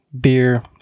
beer